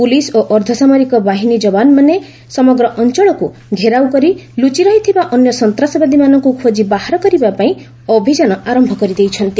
police ଓ ଅର୍ଦ୍ଧସାମରିକ ବାହିନୀ ଯବାନମାନେ ସମଗ୍ର ଅଞ୍ଚଳକୁ ଘେରାଉ କରି ଲୁଚିରହିଥିବା ଅନ୍ୟ ସନ୍ତାସବାଦୀମାନଙ୍କୁ ଖୋଜି ବାହାର କରିବା ପାଇଁ ଅଭିଯାନ ଆରମ୍ଭ କରିଦେଇଛନ୍ତି